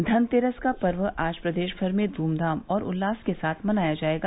धनतेरस का पर्व आज प्रदेश भर में धूमधाम और उल्लास के साथ मनाया जाएगा